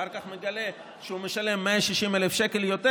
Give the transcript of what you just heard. אחר כך מגלה שהוא משלם 160,000 שקל יותר,